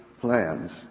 plans